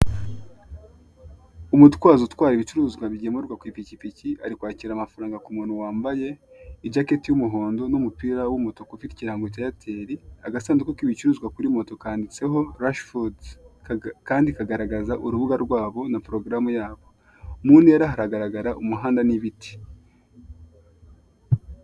Umutwazo utwara ibicuruzwa bigemurwa ku ipikipiki ari kwakira amafaranga ku muntuntu wambaye ijacketi y'umuhondo n'umupira w'umutuku ufite ikirango cya Airtel, agasanduku k'ibicuruzwa kuri moto kandiditseho Rush Food kandi kagaragaza urubuga rwabo na porogaramu yabo, mu ntera hagaragara umuhanda n'ibiti.